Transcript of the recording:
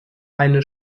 eine